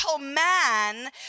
man